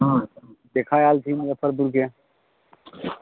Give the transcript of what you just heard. हँ देखऽ आयल छी मुजफ्फरपुरके